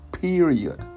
period